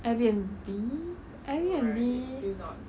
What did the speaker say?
air b n b air b n b